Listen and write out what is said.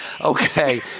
Okay